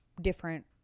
different